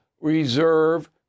reserve